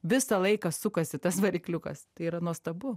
visą laiką sukasi tas varikliukas tai yra nuostabu